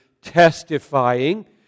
testifying